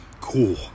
cool